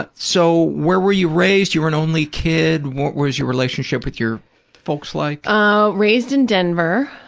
but so, where were you raised? you were an only kid. what was your relationship with your folks like? ah raised in denver,